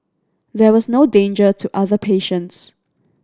there was no danger to other patients